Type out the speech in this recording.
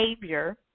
behavior